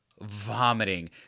Vomiting